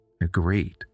agreed